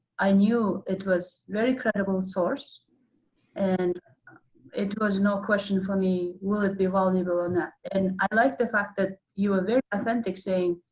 i knew it was very credible source and it was no question for me would it be valuable? and and i liked the fact that you ah were authentic saying,